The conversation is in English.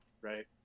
right